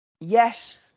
yes